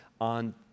on